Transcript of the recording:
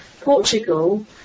Portugal